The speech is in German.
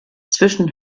zwischen